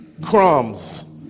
Crumbs